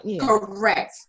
Correct